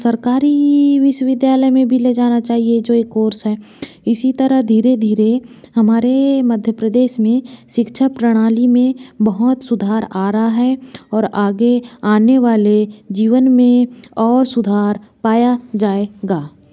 सरकारी विश्वविद्यालय में भी ले जाना चाहिए जो ये कोर्स है इसी तरह धीरे धीरे हमारे मध्य प्रदेश में सिक्षा प्रणाली में बहुत सुधार आ रहा है और आगे आने वाले जीवन में और सुधार पाया जाएगा